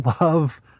love